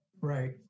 Right